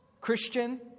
Christian